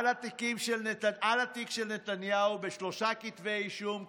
על התיק של נתניהו בשלושה כתבי אישום כתוב: